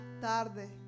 tarde